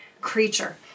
creature